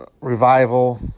Revival